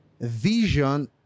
vision